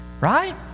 Right